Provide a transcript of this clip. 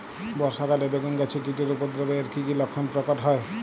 বর্ষা কালে বেগুন গাছে কীটের উপদ্রবে এর কী কী লক্ষণ প্রকট হয়?